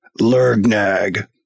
Lurgnag